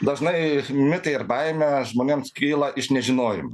dažnai mitai ir baimė žmonėms kyla iš nežinojimo